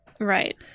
Right